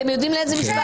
אתם עושים את זה בצורה